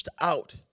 out